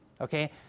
Okay